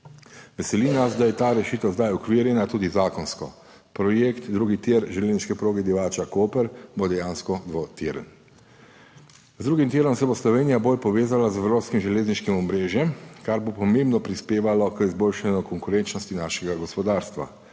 Veseli nas, da je ta rešitev zdaj uokvirjena tudi zakonsko. Projekt drugi tir železniške proge Divača–Koper bo dejansko dvotiren. Z drugim tirom se bo Slovenija bolj povezala z evropskim železniškim omrežjem, kar bo pomembno prispevalo k izboljšanju konkurenčnosti našega gospodarstva.